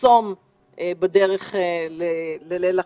במחסום בדרך לליל החג.